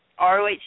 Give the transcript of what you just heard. ROH